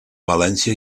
valència